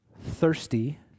thirsty